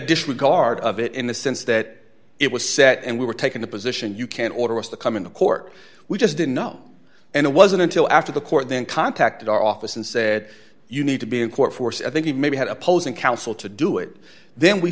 disregard of it in the sense that it was set and we were taking the position you can order us to come into court we just didn't know and it wasn't until after the court then contacted our office and said you need to be in court force i think you maybe had opposing counsel to do it then we